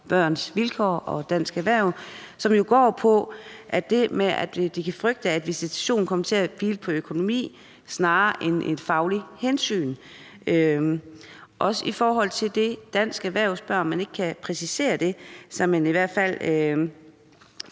Børns Vilkår og Dansk Erhverv, som jo går på det med, at de kan frygte, at visitationen kommer til at hvile på økonomi snarere end på et fagligt hensyn. I forhold til det spørger Dansk Erhverv, om man ikke kan præcisere det, så man i hvert fald